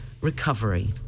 recovery